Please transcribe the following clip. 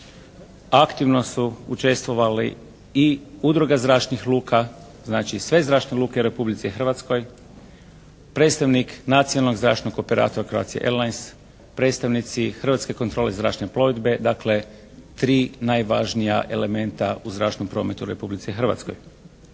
aktivno su učestvovali i Udruga zračnih luka. Znači, sve zračne luke u Republici Hrvatskoj, predstavnik nacionalnog zračnog operatora Croatia airlines, predstavnici Hrvatske kontrole zračne plovidbe. Dakle, tri najvažnija elementa u zračnom prometu u Republici Hrvatskoj.